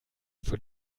für